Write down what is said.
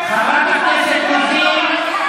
חברת הכנסת רוזין,